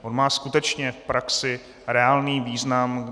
On má skutečně v praxi reálný význam.